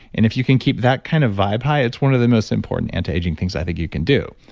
and if you can keep that kind of vibe high, it's one of the most important antiaging things i think you can do.